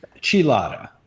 Chilada